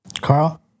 Carl